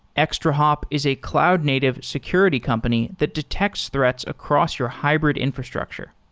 extrahop is a cloud-native security company that detects threats across your hybrid infrastructure.